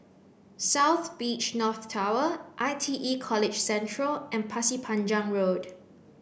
South Beach North Tower I T E College Central and Pasir Panjang Road